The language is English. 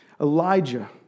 Elijah